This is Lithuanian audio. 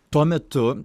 tuo metu